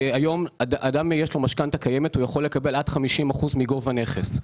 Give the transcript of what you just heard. אדם שיש לו משכנתא קיימת יכול לקבל עד 50% משווי הנכס.